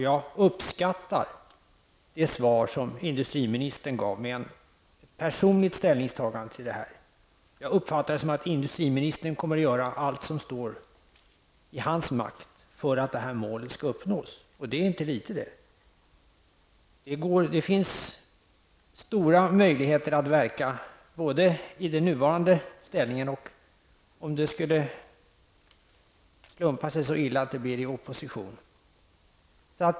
Jag uppskattar det svar som industriministern gav med ett personligt ställningstagande till detta. Jag uppfattar det som att industriministern kommer att göra allt som står i hans makt för att det här målet skall uppnås, och det är inte litet det. Det finns stora möjligheter att verka både i den nuvarande ställningen och om det skulle slumpa sig så illa att det blir i opposition.